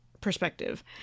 perspective